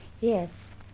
Yes